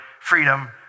freedom